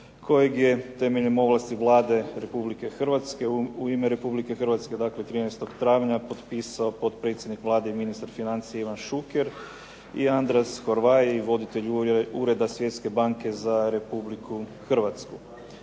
kojeg je temeljem ovlasti Vlade Republike Hrvatske u ime Republike Hrvatske 13. travnja potpisao potpredsjednik Vlade i ministar financija Ivan Šuker i Andras Horvai, voditelj Ureda Svjetske banke za Republiku Hrvatsku.